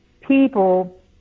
people